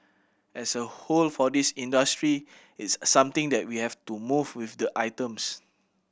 as a whole for this industry it's something that we have to move with the items